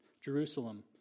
Jerusalem